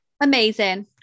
amazing